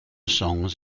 songs